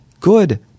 good